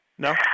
No